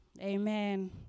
Amen